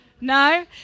No